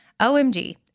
OMG